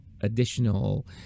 additional